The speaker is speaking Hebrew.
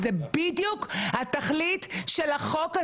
זו בדיוק התכלית של החוק הזה.